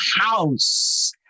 house